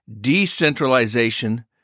decentralization